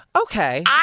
Okay